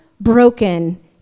broken